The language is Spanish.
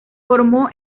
formó